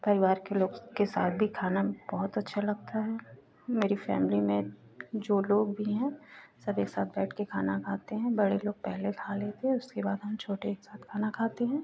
परिवार के लोग के साथ भी खाना बहुत अच्छा लगता है मेरी फ़ैमिली में जो लोग भी हैं सब एकसाथ बैठकर खाना खाते हैं बड़े लोग पहले खा लेते हैं उसके बाद हम छोटे एकसाथ खाना खाते हैं